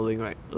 mm